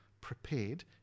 prepared